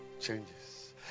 changes